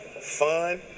fun